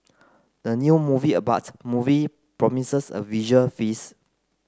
the new movie about movie promises a visual feast